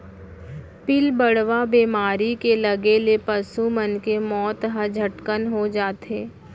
पिलबढ़वा बेमारी के लगे ले पसु मन के मौत ह झटकन हो जाथे